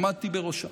עמדתי בראשה.